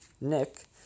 Nick